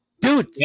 Dude